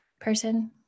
person